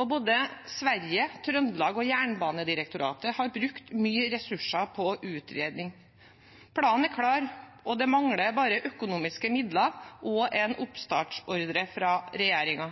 og både Sverige, Trøndelag og Jernbanedirektoratet har brukt mye ressurser på utredning. Planen er klar – det mangler bare økonomiske midler og en oppstartsordre fra regjeringen.